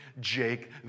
Jake